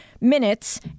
minutes